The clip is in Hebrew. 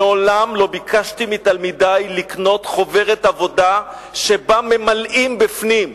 מעולם לא ביקשתי מתלמידי לקנות חוברת עבודה שבה ממלאים בפנים.